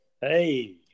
Hey